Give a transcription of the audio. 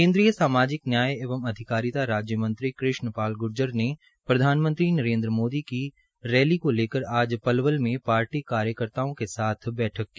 केन्द्रीय सामाजिक न्याय एवं अधिकारिता राज्य मंत्री कृष्ण पाल ग्र्जर ने प्रधानमंत्री नरेन्द्र मोदी की रैली को लेकर आज पलवल में पार्टी कार्यकर्ताओं के साथ बैठक की